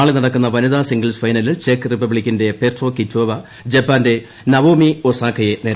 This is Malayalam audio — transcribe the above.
നാളെ നടക്കുന്ന വനിതാ സിംഗിൾസ് ഫൈനലിൽ ചെക്ക് റിപ്പബ്ലിക്കിന്റെ പെട്രോകിറ്റോവ ജപ്പാന്റെ നവോമി ഒസാക്കയെ നേരിടും